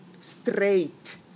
straight